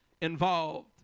involved